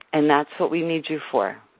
and that's what we need you for.